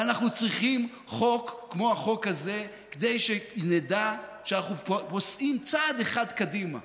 ואנחנו צריכים חוק כמו החוק הזה כדי שנדע שאנחנו פוסעים צעד אחד קדימה,